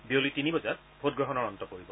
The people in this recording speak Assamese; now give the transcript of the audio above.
বিয়লি তিনিবজাত ভোটগ্ৰহণৰ অন্ত পৰিব